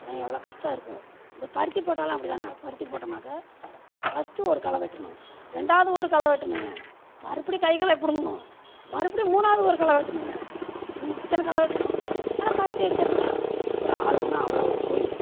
ஆனால் எவ்வளோ கஷ்டம் இருக்குது இந்த பருத்தி போட்டாலும் அப்படிதாங்க பருத்தி போட்டோம்னாக்க ஃபஸ்ட்டு ஒரு களை வெட்டணும் ரெண்டாவது ஒரு களை வெட்டணுங்க மறுபடியும் கை களை பிடுங்கணும் மறுபடியும் மூணாவது ஒரு களை வெட்டணுங்க இத்தனை களை வெட்டணும் ஆனால் பருத்தி எடுக்கிறதுக்கு ஒரு ஆள் ஒன்று அவ்வளோ ஒரு கூலி